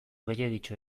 gehiegitxo